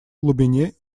глубине